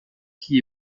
qui